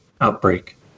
outbreak